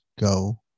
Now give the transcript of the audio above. go